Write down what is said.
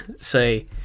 say